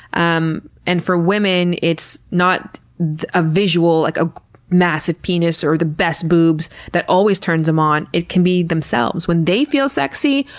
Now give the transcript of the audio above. um and for women, it's not a visual, like a massive penis or the best boobs, that always turns them on. it can be themselves when they feel sexy,